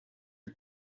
ils